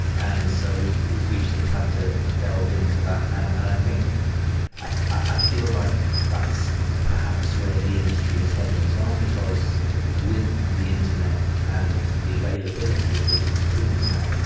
and so we've sort of had to delve into that. and and i think i i feel like that's perhaps where the industry is heading as well, because with the internet and the availability of all these tools now,